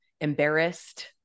embarrassed